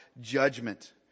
judgment